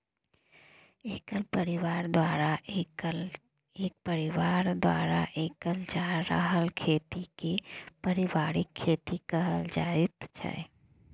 एक परिबार द्वारा कएल जा रहल खेती केँ परिबारिक खेती कहल जाइत छै